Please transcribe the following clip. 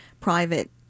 private